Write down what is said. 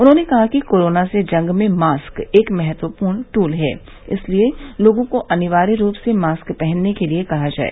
उन्होंने कहा कि कोरोना से जंग में मास्क एक महत्वपूर्ण दूल है इसलिए लोगों को अनिवार्य रूप से मास्क पहनने के लिए कहा जाए